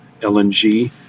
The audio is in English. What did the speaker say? LNG